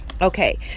Okay